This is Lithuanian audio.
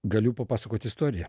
galiu papasakot istoriją